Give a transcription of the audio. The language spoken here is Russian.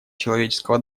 человеческого